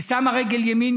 היא שמה רגל ימין,